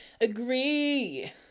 Agree